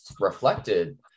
reflected